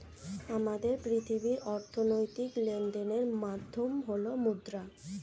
আমাদের পৃথিবীর অর্থনৈতিক লেনদেনের মাধ্যম হল মুদ্রা